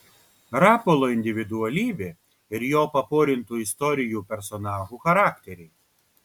rapolo individualybė ir jo paporintų istorijų personažų charakteriai